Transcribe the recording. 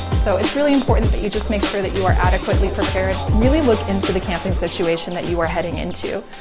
so it's really important that you just make sure that you are adequately prepared to really look into the camping situation that you are heading into.